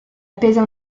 appesa